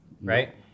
Right